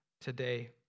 today